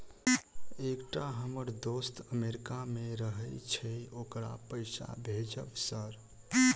एकटा हम्मर दोस्त अमेरिका मे रहैय छै ओकरा पैसा भेजब सर?